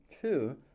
Two